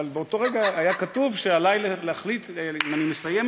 אבל באותו רגע היה כתוב שעלי להחליט אם אני מסיים